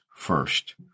First